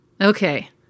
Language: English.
Okay